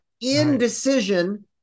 indecision